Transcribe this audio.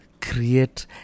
create